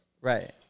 Right